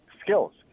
skills